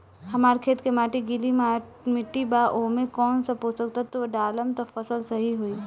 हमार खेत के माटी गीली मिट्टी बा ओमे कौन सा पोशक तत्व डालम त फसल सही होई?